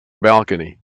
balcony